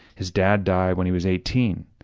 his dad died when he was eighteen,